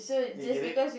hey get it